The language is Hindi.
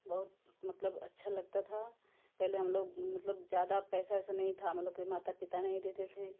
बहुत मतलब अच्छा लगता था पहले हम लोग मतलब ज़्यादा पैसा वैसा नहीं था हम लोगों के माता पिता नहीं देते थे